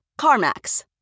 CarMax